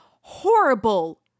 horrible